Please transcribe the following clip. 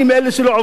אלה שלא עובדים,